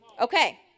Okay